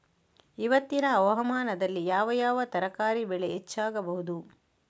ಇವತ್ತಿನ ಹವಾಮಾನದಲ್ಲಿ ಯಾವ ಯಾವ ತರಕಾರಿ ಬೆಳೆ ಹೆಚ್ಚಾಗಬಹುದು?